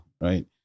right